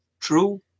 True